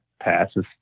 passes